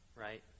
right